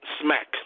smack